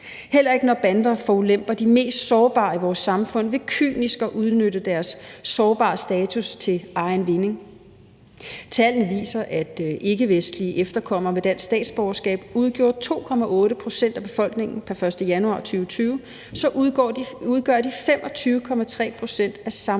heller ikke når bander forulemper de mest sårbare i vores samfund ved kynisk at udnytte deres sårbare status til egen vinding. Tallene viser, at mens ikkevestlige efterkommere med dansk statsborgerskab udgjorde 2,8 pct. af befolkningen pr. 1. januar 2020, så udgør de 25,3 pct. af samtlige